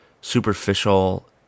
superficial